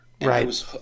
Right